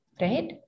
right